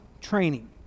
training